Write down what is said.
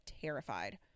terrified